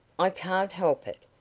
i can't help it.